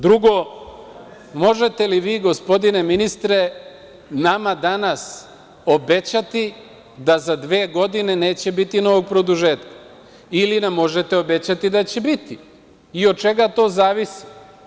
Drugo, možete li vi, gospodine ministre, nama danas obećati da za dve godine neće biti novog produžetka ili nam možete obećati da će biti i od čega to zavisi?